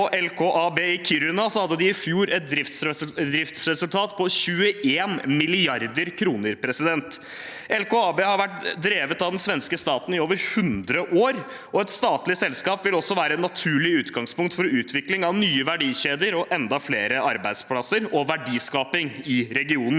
LKAB i Kiruna, hadde de i fjor et driftsresultat på 21 mrd. kr. LKAB har vært drevet av den svenske staten i over 100 år, og et statlig selskap vil også være et naturlig utgangspunkt for utvikling av nye verdikjeder og enda flere arbeidsplasser og verdiskaping i regionen.